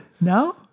No